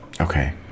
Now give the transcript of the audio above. Okay